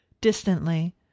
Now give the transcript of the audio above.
Distantly